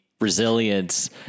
resilience